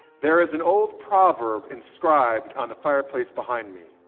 there is an old proverb inscribed on the fireplace behind me.